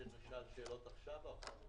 תודה, עמית.